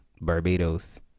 Barbados